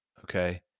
Okay